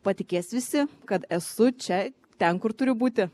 patikės visi kad esu čia ten kur turiu būti